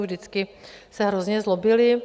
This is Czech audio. Vždycky se hrozně zlobili.